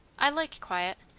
i like quiet,